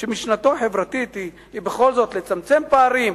ומשנתו החברתית היא בכל זאת לצמצם פערים.